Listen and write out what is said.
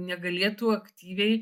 negalėtų aktyviai